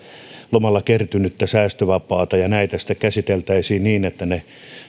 kertynyttä säästövapaata ja näitä sitten käsiteltäisiin niin että ne